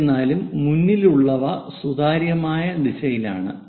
എന്നിരുന്നാലും മുന്നിലുള്ളവ സുതാര്യമായ ദിശയിലാണ്